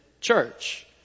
church